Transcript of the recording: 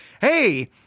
hey